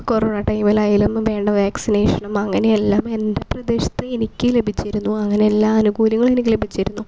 corona ടൈമിലായാലും ഇപ്പം വേണ്ട വാക്സിനേഷനും അങ്ങനെയെല്ലാം എൻ്റെ പ്രദേശത്ത് എനിക്ക് ലഭിച്ചിരുന്നു അങ്ങനെ എല്ലാ ആനുകൂല്യങ്ങളും എനിക്ക് ലഭിച്ചിരുന്നു